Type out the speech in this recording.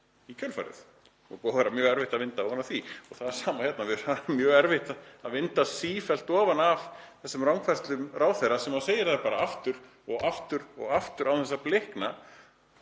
í kjölfarið og búið að vera mjög erfitt að vinda ofan af því. Það er sama hérna, það er mjög erfitt að vinda sífellt ofan af þessum rangfærslum ráðherra sem segir þær bara aftur og aftur án þess að blikna.